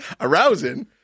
Arousing